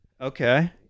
Okay